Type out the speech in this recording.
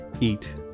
eat